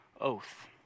oath